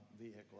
vehicle